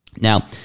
Now